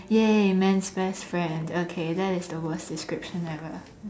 !yay! man's best friend okay that is the worst description ever